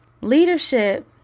Leadership